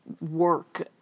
work